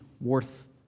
worth